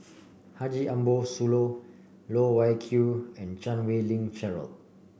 Haji Ambo Sooloh Loh Wai Kiew and Chan Wei Ling Cheryl